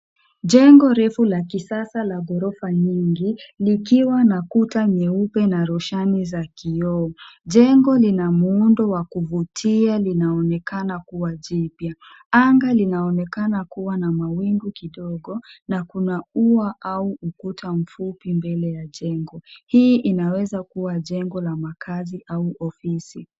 Jeng refu la kisasa la ghorofa nyingi likiwa na kuta za kisasa na roshani za kioo. Jengo lina muundo wa kuvutia linaonekana kuwa kipya. Anga linaonekana kuwa na mawingu kidogo na kuna ua au ukuta mfupi mbele ya jengo. Hii inaweza kuwa jengo la makazi au ofisi.